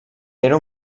era